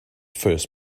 first